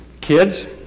Kids